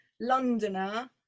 Londoner